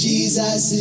Jesus